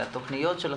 על התכניות,